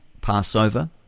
Passover